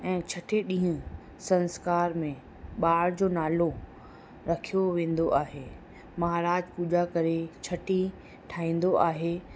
ऐं छठे ॾींहं संस्कार में ॿार जो नालो रखियो वेंदो आहे महाराज पूॼा करे छठी ठाहींदो आहे